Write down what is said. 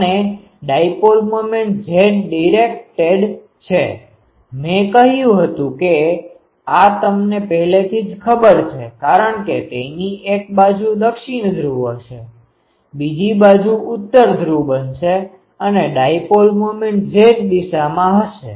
અને dipole moment z directed નિર્દેશિત છે મેં કહ્યું હતું કે આ તમને પહેલેથી જ ખબર છે કારણ કે તેની એક બાજુ દક્ષિણ ધ્રુવ હશે બીજી બાજુ ઉત્તર ધ્રુવ બનશે અને ડાઈપોલ મોમેન્ટ Z દિશામાં હશે